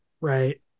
Right